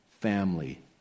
family